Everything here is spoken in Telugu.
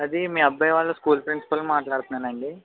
అది మీ అబ్బాయి వాళ్ళ స్కూల్ ప్రిన్స్పాల్ని మాట్లాడుతున్నానండీ